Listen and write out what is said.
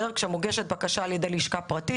כאשר מוגשת בקשה על ידי לשכה פרטית,